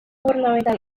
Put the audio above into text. gubernamental